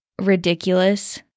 ridiculous